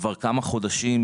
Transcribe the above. כבר כמה חודשים,